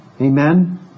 Amen